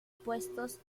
puestos